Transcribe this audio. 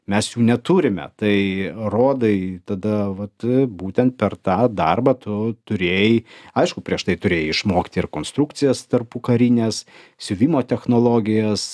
mes jų neturime tai rodai tada vat būtent per tą darbą tu turėjai aišku prieš tai turėjai išmokti ir konstrukcijas tarpukarines siuvimo technologijas